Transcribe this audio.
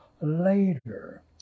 later